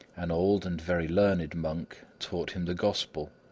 an old and very learned monk taught him the gospel,